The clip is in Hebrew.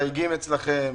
עבר את ועדת החריגים אצלכם.